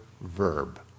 verb